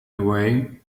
away